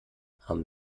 haben